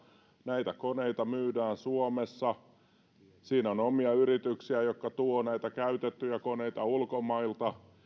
näitä koneita myydään suomessa on omia yrityksiä jotka tuovat näitä käytettyjä koneita ulkomailta